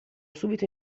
subito